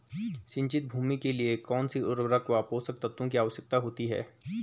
सिंचित भूमि के लिए कौन सी उर्वरक व पोषक तत्वों की आवश्यकता होती है?